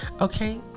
okay